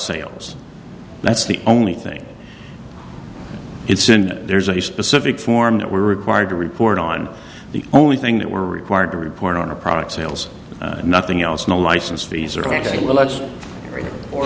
sales that's the only thing it's in there's a specific form that we're required to report on the only thing that we're required to report on a product sales nothing else no license fees